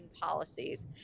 policies